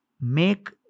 make